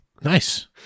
nice